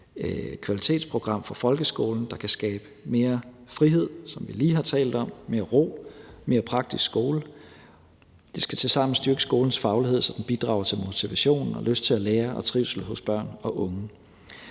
kvalitetsprogram for folkeskolen, der kan skabe mere frihed, som vi lige har talt om, mere ro, mere praktisk skole. Det skal tilsammen styrke skolens faglighed, så den bidrager til motivation og lyst til at lære og trivsel hos børn og unge.